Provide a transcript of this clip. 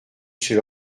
chez